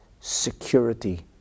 security